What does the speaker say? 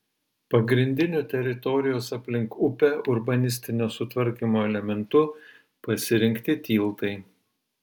pagrindiniu teritorijos aplink upę urbanistinio sutvarkymo elementu pasirinkti tiltai